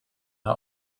now